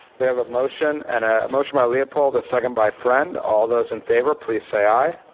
we have a motion and a motion by leopold a second by friend. all those in favor, please say aye.